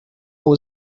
who